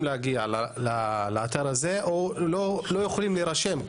להגיע לאתר הזה או לא יכולים להירשם,